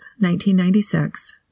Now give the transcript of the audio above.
1996